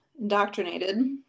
indoctrinated